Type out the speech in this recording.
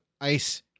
ice